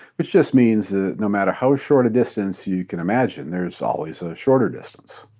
which just means ah no matter how short a distance you can imagine, there is always a shorter distance.